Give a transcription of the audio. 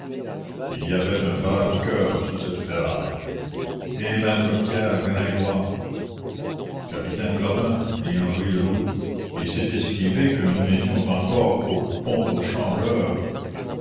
il y avait un brave coeur sous cette ferraille et maître pierre gringoire capitaine clopin dit andry le rouge il s'est esquivé que nous n'étions encore qu'au